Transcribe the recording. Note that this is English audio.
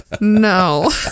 no